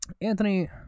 Anthony